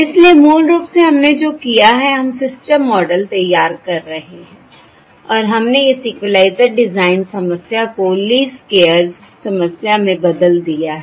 इसलिए मूल रूप से हमने जो किया है हम सिस्टम मॉडल तैयार कर रहे हैं और हमने इस इक्वलाइज़र डिजाइन समस्या को लीस्ट स्क्वेयर्स समस्या में बदल दिया है